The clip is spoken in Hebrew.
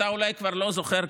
אתה אולי כבר לא זוכר,